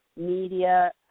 media